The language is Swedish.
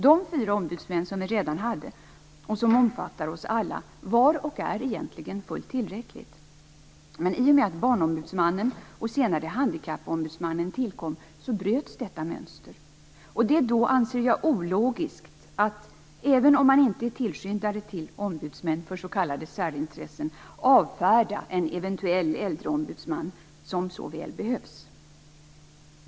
De fyra ombudsmän som vi redan hade och som omfattar oss alla var och är egentligen fullt tillräckligt. Men i och med att Barnombudsmannen och senare Handikappombudsmannen tillkom bröts detta mönster. Jag anser att det då är ologiskt att, även om man inte är tillskyndare till ombudsmän för s.k. särintressen, avfärda en eventuell äldreombudsman som så väl behövs.